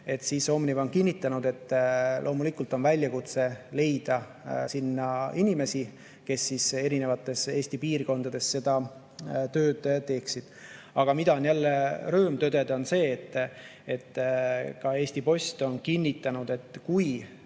on ka Omniva kinnitanud, et loomulikult on väljakutse leida inimesi, kes erinevates Eesti piirkondades seda tööd teeksid. Aga mida on jällegi rõõm tõdeda, on see – ka Eesti Post on kinnitanud –, et kui